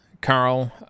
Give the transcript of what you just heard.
Carl